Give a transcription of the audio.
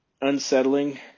unsettling